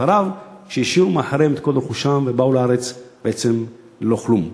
ערב שהשאירו מאחוריהם את כל רכושם ובאו לארץ ללא כלום.